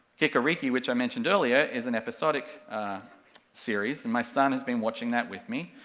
kikoriki, which i mentioned earlier, is an episodic series, and my son has been watching that with me,